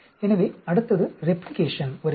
எனவே அடுத்தது ரெப்ளிகேஷன் வருகிறது